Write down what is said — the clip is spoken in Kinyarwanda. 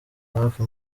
hafi